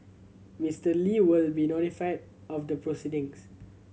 Mister Li will be notified of the proceedings